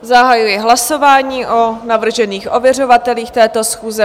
Zahajuji hlasování o navržených ověřovatelích této schůze.